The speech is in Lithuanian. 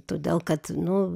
todėl kad nu